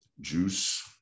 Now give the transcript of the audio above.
juice